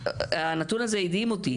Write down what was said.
והנתון הזה הדהים אותי,